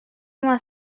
uma